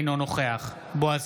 אינו נוכח בועז